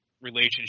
relationship